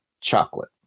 Chocolate